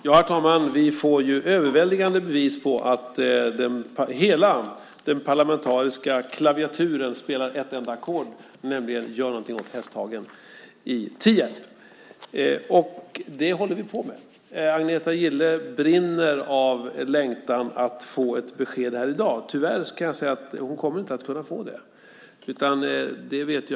Herr talman! Vi får ju överväldigande bevis på att hela den parlamentariska klaviaturen spelar ett enda ackord, nämligen: Gör något åt Hästhagen i Tierp. Det håller vi på med. Agneta Gille brinner av längtan att få ett besked här i dag. Tyvärr kommer hon inte att kunna få det.